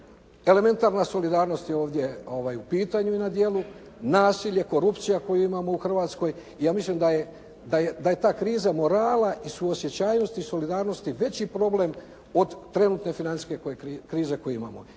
elementarna solidarnost je ovdje u pitanju i na djelu, nasilje, korupcija koju imamo u Hrvatskoj. Ja mislim da je ta kriza morala i suosjećajnosti, solidarnosti veći problem od trenutne financijske krize koju imamo.